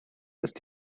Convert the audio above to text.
ist